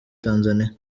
tanzania